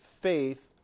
faith